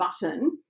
button